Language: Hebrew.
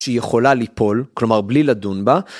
שיכולה ליפול כלומר בלי לדון בה.